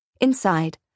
Inside